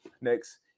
next